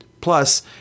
Plus